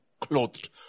clothed